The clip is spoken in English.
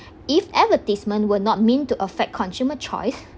if advertisement will not mean to affect consumer choice